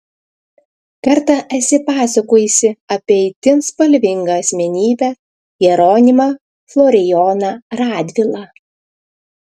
kartą esi pasakojusi apie itin spalvingą asmenybę jeronimą florijoną radvilą